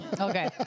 Okay